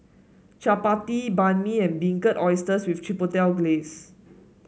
Chapati Banh Mi and Barbecued Oysters with Chipotle Glaze